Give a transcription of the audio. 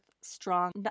strong